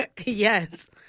Yes